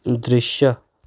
दृश्य